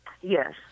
yes